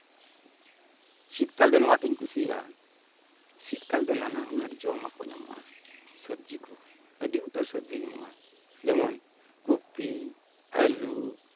ᱥᱤᱛᱠᱟᱞ ᱫᱚ ᱱᱚᱣᱟ ᱛᱤᱧ ᱠᱩᱥᱤᱭᱟᱜᱼᱟ ᱥᱤᱛᱠᱟᱞ ᱫᱚ ᱱᱟᱱᱟ ᱦᱩᱱᱟᱹᱨ ᱡᱚᱢᱟᱜ ᱠᱚ ᱧᱟᱢᱚᱜᱼᱟ ᱥᱚᱵᱡᱤ ᱠᱚ ᱟᱹᱰᱤ ᱩᱛᱟᱹᱨ ᱥᱚᱵᱡᱤ ᱧᱟᱢᱚᱜᱼᱟ ᱡᱮᱢᱚᱱ ᱠᱚᱯᱤ ᱟᱞᱩ